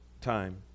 time